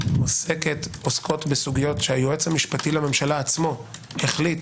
עוסקות בסוגיות שהיועץ המשפטי לממשלה עצמו החליט